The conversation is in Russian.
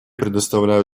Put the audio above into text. предоставляю